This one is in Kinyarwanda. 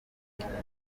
kwirinda